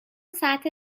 ساعت